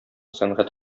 сәнгать